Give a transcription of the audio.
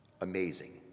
Amazing